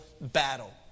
battle